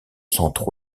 centre